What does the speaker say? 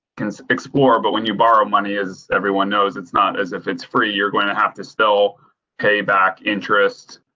can explore, but when you borrow money, as everyone knows, it's not as if it's free, you're going to have to still pay back interest.